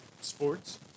Sports